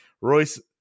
Royce